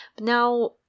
now